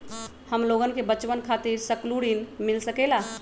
हमलोगन के बचवन खातीर सकलू ऋण मिल सकेला?